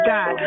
God